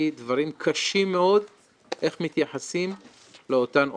דברים קשים מאוד איך מתייחסים לאותן עובדות.